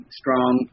strong